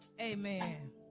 amen